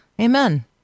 Amen